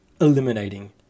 eliminating